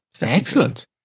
Excellent